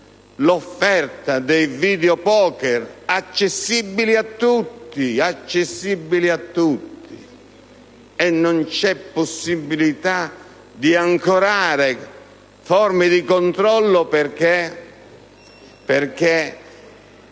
l'offerta dei *videopoker* accessibili a tutti, senza possibilità di ancorare forme di controllo